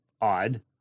odd